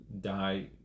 die